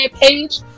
Page